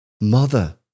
Mother